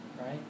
right